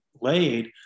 laid